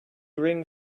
ring